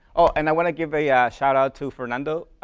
and i want to give a shoutout to fernando,